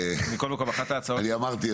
אני אמרתי,